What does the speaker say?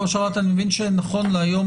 אני מבין שנכון להיום,